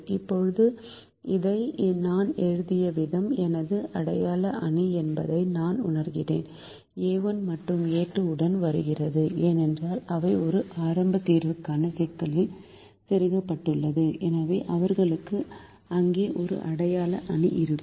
இப்போது இதை நான் எழுதிய விதம் எனது அடையாள அணி என்பதை நான் உணர்கிறேன் a1 மற்றும் a2 உடன் வருகிறது ஏனென்றால் அவை ஒரு ஆரம்ப தீர்வுக்கான சிக்கலில் செருகப்பட்டுள்ளன எனவே அவர்களுக்கு அங்கே ஒரு அடையாள அணி இருக்கும்